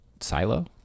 Silo